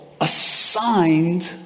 assigned